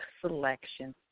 selection